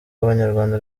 abanyarwanda